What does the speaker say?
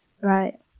right